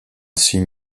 signe